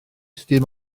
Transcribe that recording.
dim